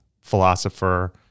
philosopher